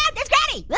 and that's granny!